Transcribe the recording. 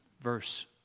verse